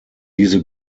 diese